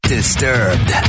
Disturbed